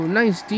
nice